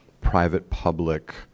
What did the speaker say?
private-public